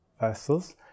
vessels